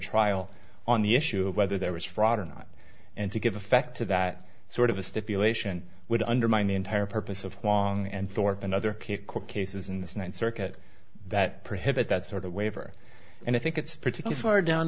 trial on the issue of whether there was fraud or not and to give effect to that sort of a stipulation would undermine the entire purpose of huang and thorpe and other court cases in the ninth circuit that prohibit that sort of waiver and i think it's pretty good for down